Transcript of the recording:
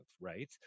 right